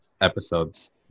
episodes